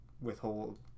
withhold